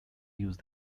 use